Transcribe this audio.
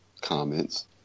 comments